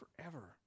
forever